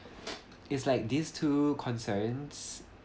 it's like these two concerns